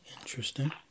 Interesting